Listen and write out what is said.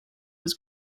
was